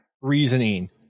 reasoning